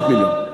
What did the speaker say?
500 מיליון.